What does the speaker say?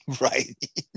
Right